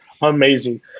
amazing